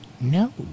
No